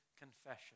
confession